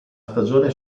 stagione